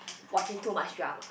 watching too much drama